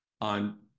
on